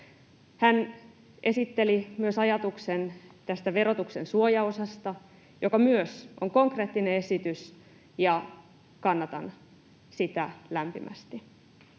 Hän esitteli myös ajatuksen tästä verotuksen suojaosasta, joka myös on konkreettinen esitys, ja kannatan sitä lämpimästi.